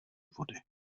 vody